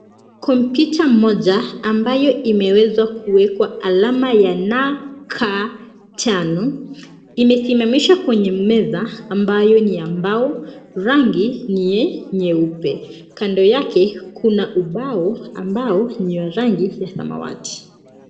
Kompyuta moja ambayo imeweza kuwekwa alama ya NK5 imesimamishwa kwenye meza ambayo ni ya mbao, rangi ni nyeupe. Kando yake kuna ubao ambao ni wa rangi ya samawati.